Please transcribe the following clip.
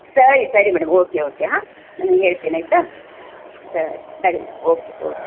ಸರಿ ಸರಿ madam okay okay ಹಾಂ ಹೇಳ್ತೀನಿ ಆಯಿತಾ ಸರಿ ಓಕೆ ಓಕೆ